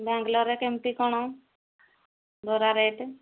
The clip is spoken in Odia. ବ୍ୟଙ୍ଗଲୋରରେ କେମତି କ'ଣ ବରା ରେଟ୍